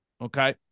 Okay